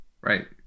right